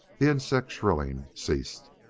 the insect shrilling ceased.